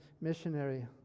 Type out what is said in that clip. missionary